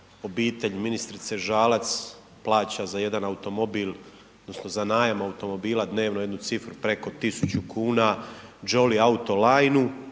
obitelj ministrice Žalac plaća za jedan automobil odnosno za najam automobila dnevno jednu cifru preko 1.000 kuna Jolly autolinu